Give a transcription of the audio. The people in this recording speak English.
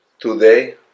Today